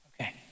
Okay